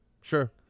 Sure